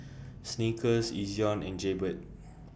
Snickers Ezion and Jaybird